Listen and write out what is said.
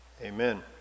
Amen